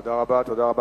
תודה רבה.